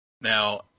now